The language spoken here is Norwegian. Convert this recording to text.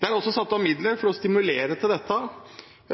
Det er også satt av midler for å stimulere til dette,